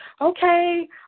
okay